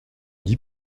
dis